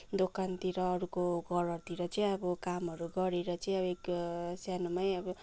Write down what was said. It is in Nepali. दोकानतिर अरूको घरहरूतिर चाहिँ अब कामहरू गरेर चाहिँ सानोमै अब